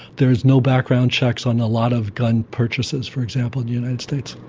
there is no background checks on a lot of gun purchases, for example, in the united states.